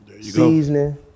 seasoning